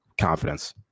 confidence